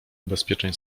ubezpieczeń